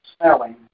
smelling